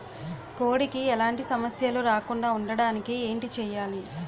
కోడి కి ఎలాంటి సమస్యలు రాకుండ ఉండడానికి ఏంటి చెయాలి?